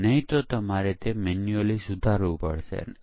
તેથી સંકલન ભૂલો સિન્ટેક્સ ભૂલો દૂર કરવામાં આવે છે